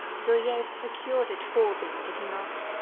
villiers procured it for thee, did he not?